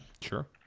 Sure